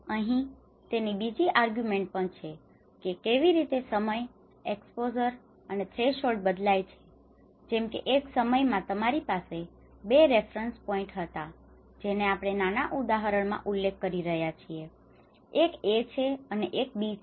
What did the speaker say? અહીં તેની બીજી આર્ગ્યુમેન્ટ પણ છે કે કેવી રીતે સમય એક્સપોઝર અને થ્રેશહોલ્ડ બદલાય છે જેમ કે 1 સમય માં તમારી પાસે 2 રેફ્રન્સ પોઇન્ટ છે જેનો આપણે નાના ઉદાહરણ માં ઉલ્લેખ કરી રહ્યા છીએ એક A છે અને એક B છે